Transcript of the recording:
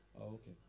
Okay